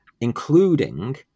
including